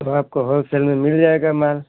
चलो आपको होलसेल में मिल जायेगा माल